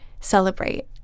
celebrate